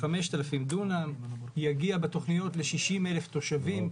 הוא יגיע בתכניות ל-60,000 תושבים,